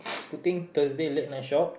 putting Thursday late night shop